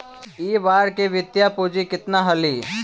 इ बार के कुल वित्तीय पूंजी केतना हलइ?